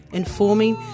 informing